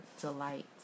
delight